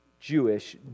Jewish